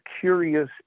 curious